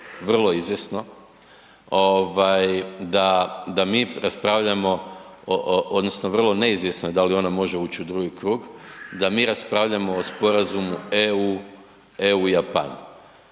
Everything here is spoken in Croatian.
vrlo neizvjesno je da li ona može ući u drugi krug, da mi raspravljamo o Sporazumu EU, EU Japan.